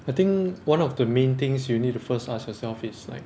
I think one of the main things you need to first ask yourself is like